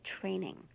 training